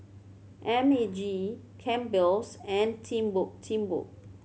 M A G Campbell's and Timbuk Timbuk